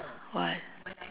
what